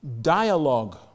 dialogue